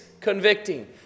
convicting